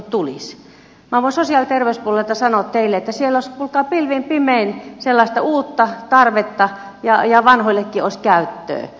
mää voin sosiaali ja terveyspuolelta sanoa teille että siellä ois kuulkaa pilvin pimein sellaista uutta tarvetta ja vanhoillekki ois käyttöä